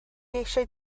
eisiau